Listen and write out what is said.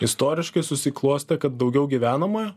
istoriškai susiklostė kad daugiau gyvenama